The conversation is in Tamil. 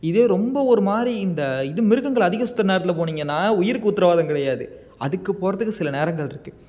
இதே ரொம்ப ஒரு மாதிரி இந்த இது மிருகங்கள் அதிகம் சுத்துகிற நேரத்தில் போனிங்கன்னா உயிருக்கு உத்திரவாதம் கிடையாது அதுக்கு போகிறத்துக்கு சில நேரங்கள் இருக்கு